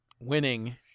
Winning